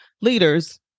leaders